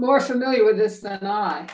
more familiar with this that not